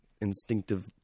instinctive